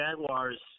Jaguars